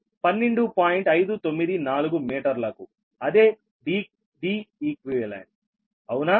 594 మీటర్లకు అదే Deq అవునా